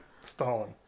Stalin